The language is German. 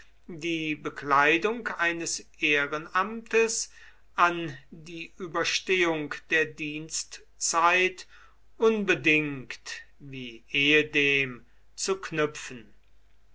die bekleidung eines ehrenamtes an die überstehung der dienstzeit unbedingt wie ehedem zu knüpfen